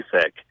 thick